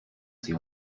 ces